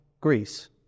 Greece